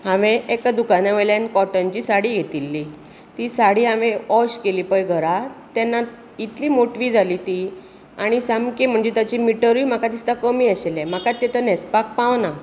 हांवें एका दुकाना वेल्यान कॉटनची साडी घेतिल्ली ती साडी हांवें वॉश केली पळय घरा तेन्ना इतली मोटवी जाली ती आनी सामकी ताची मिटरूय म्हाका दिसता कमी आशिल्लें म्हाका तें तर न्हेसपाक पावना